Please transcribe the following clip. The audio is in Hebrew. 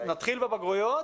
נתחיל בבגרויות,